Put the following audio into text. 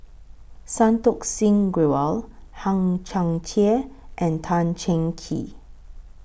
Santokh Singh Grewal Hang Chang Chieh and Tan Cheng Kee